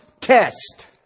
test